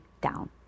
down